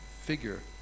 figure